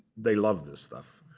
they love this stuff.